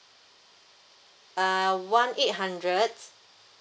uh one eight hundred